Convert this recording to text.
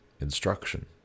instruction